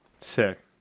Sick